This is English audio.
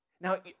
Now